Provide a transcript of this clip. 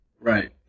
Right